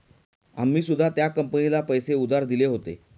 आम्ही सुद्धा त्या कंपनीला पैसे उधार दिले होते